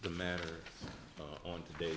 the matter on today